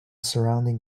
surrounding